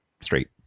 straight